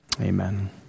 amen